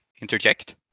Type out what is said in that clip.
interject